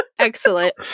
Excellent